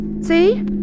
See